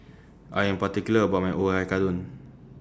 I Am particular about My Oyakodon